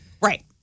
Right